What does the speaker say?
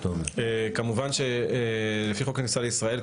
כמובן שלפי חוק הכניסה לישראל,